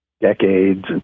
decades